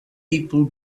people